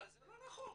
אבל זה לא נכון.